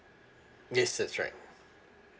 yes that's right